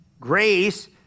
Grace